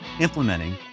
implementing